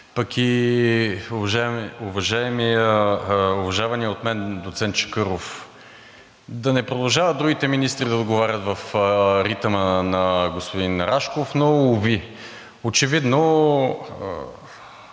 пък и уважаваният от мен доцент Чакъров, да не продължават другите министри да отговарят в ритъма на господин Рашков, но уви. Очевидно